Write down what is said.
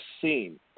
seen